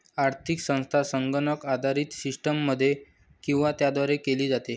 आर्थिक संस्था संगणक आधारित सिस्टममध्ये किंवा त्याद्वारे केली जाते